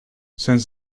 since